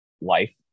life